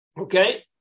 Okay